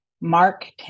Mark